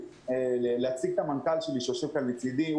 מבקש להציג את המנכ"ל שלי שיושב כאן לצדי.